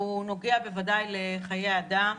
והוא נוגע בוודאי לחיי אדם.